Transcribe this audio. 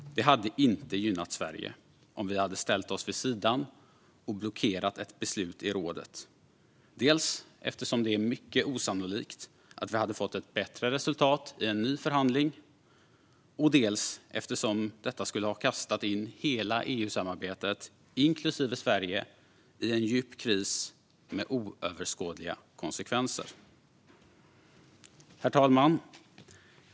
Det hade inte gynnat Sverige om vi hade ställt oss vid sidan av och blockerat ett beslut i rådet - dels eftersom det är mycket osannolikt att vi hade fått ett bättre resultat i en ny förhandling, dels eftersom det skulle ha kastat in hela EU-samarbetet, inklusive Sverige, i en djup kris med oöverskådliga konsekvenser. Herr talman!